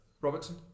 Robertson